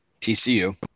TCU